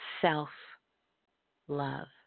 self-love